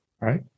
right